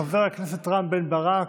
חבר הכנסת רם בן ברק,